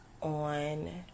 on